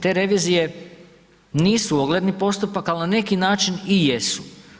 Te revizije nisu ogledni postupak, al na neki način i jesu.